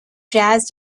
jazz